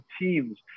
Teams